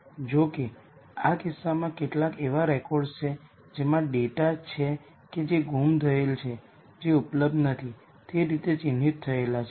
જો કે આ કિસ્સામાં કેટલાક એવા રેકોર્ડ્સ છે જેમાં ડેટા છે કે જે ગુમ થયેલ છે તે ઉપલબ્ધ નથી તે રીતે ચિહ્નિત થયેલ છે